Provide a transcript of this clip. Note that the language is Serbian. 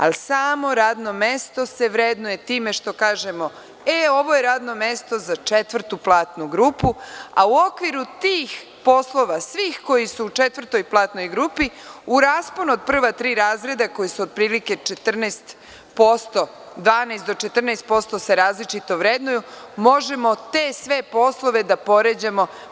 Ali, samo radno mesto se vrednuje time što kažemo – e, ovo je radno mesto za četvrtu radnu grupu, a u okviru tih poslova svih koji su u četvrtoj platnoj grupi, u rasponu od prva tri razreda koji su otprilike 12 do 14% se različito vrednuju, možemo te sve poslove da poređamo.